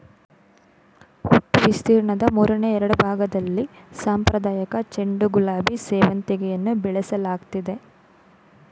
ಒಟ್ಟು ವಿಸ್ತೀರ್ಣದ ಮೂರನೆ ಎರಡ್ಭಾಗ್ದಲ್ಲಿ ಸಾಂಪ್ರದಾಯಿಕ ಚೆಂಡು ಗುಲಾಬಿ ಸೇವಂತಿಗೆಯನ್ನು ಬೆಳೆಸಲಾಗ್ತಿದೆ